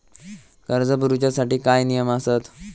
कर्ज भरूच्या साठी काय नियम आसत?